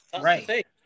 Right